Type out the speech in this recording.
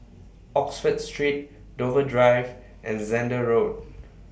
Oxford Street Dover Drive and Zehnder Road